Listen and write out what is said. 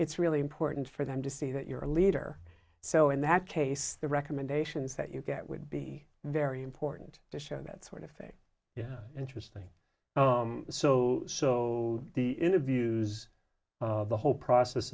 it's really important for them to see that you're a leader so in that case the recommendations that you get would be very important to show that sort of fake interesting oh so so the interviews the whole process